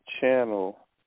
channel